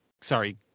sorry